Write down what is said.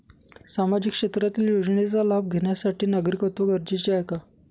सामाजिक क्षेत्रातील योजनेचा लाभ घेण्यासाठी नागरिकत्व गरजेचे आहे का?